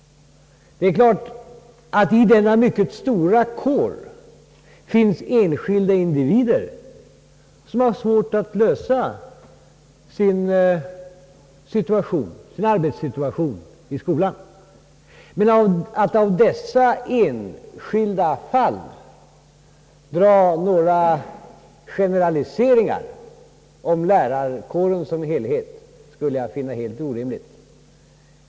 Det är klart att det i denna mycket stora kår finns enskilda individer som har svårt att klara sin arbetssituation i skolan. Men att av dessa enskilda fall göra några generaliseringar om lärarkåren som helhet skulle jag finna helt orimligt.